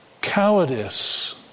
Cowardice